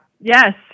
yes